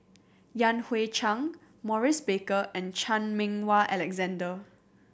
Yan Hui Chang Maurice Baker and Chan Meng Wah Alexander